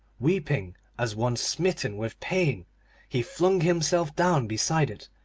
weeping as one smitten with pain he flung himself down beside it,